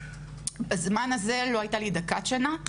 בזמן הזה לא הייתה דקת שינה.